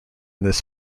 this